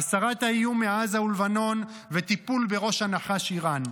הסרת האיום מעזה ומלבנון וטיפול בראש הנחש איראן.